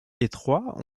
étroits